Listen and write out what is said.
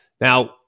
Now